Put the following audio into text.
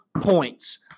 Points